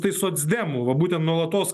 tai socdemų va būtent nuolatos